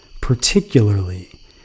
Particularly